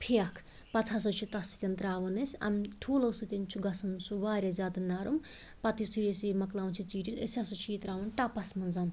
پھیٚکھ پَتہٕ ہَسا چھ تتھ سۭتۍ ترٛاوان أسی اَم ٹھوٗلَو سۭتۍ چھُ گَژھان سُہ واریاہ زیادٕ نرٕم پَتہٕ یُتھُے أسۍ یہِ مۄکلاوان چھِ ژیٖٹِتھ أسۍ ہَسا چھ یہِ ترٛاوان ٹَپَس مَنٛز